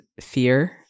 fear